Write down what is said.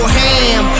ham